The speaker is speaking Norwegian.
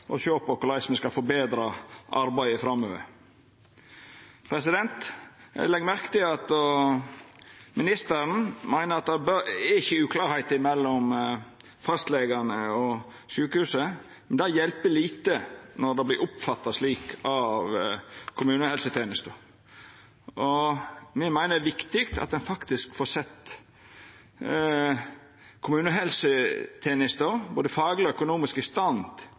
og sjå på korleis me skal forbetra arbeidet framover. Eg legg merke til at ministeren meiner at det ikkje er noko uklart mellom fastlegane og sjukehusa, men det hjelper lite når det vert oppfatta slik av kommunehelsetenesta. Me meiner det er viktig at ein faktisk får sett kommunehelsetenesta både fagleg og økonomisk i stand